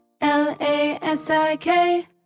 L-A-S-I-K